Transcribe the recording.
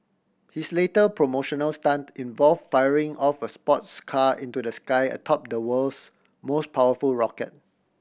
his late promotional stunt involve firing off a sports car into the sky atop the world's most powerful rocket